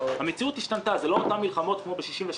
המציאות השתנתה זה לא אותן מלחמות כמו ב-1967,